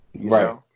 Right